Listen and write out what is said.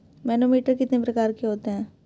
Manometer कितने प्रकार के होते हैं?